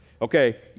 okay